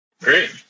Great